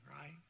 right